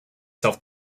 self